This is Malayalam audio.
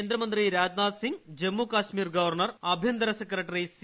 കേന്ദ്രമന്ത്രി രാജ് നാഥ് സിങ് ജമ്മുകശ്മീർ ഗവർണർ ആഭ്യന്തര സെക്രട്ടറി സി